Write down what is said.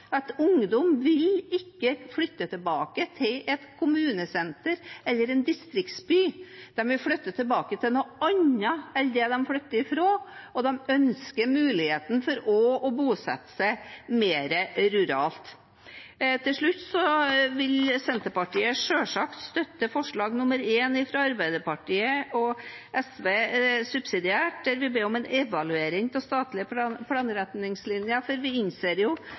at ungdom ikke vil flytte tilbake til et kommunesenter eller en distriktsby. De vil flytte tilbake til noe annet enn det de flyttet fra, og de ønsker muligheten til å bosette seg mer ruralt. Til slutt vil Senterpartiet selvsagt støtte forslag nr. 1, fra Arbeiderpartiet og SV, subsidiært, der vi ber om en evaluering av de statlige planretningslinjene, for vi innser jo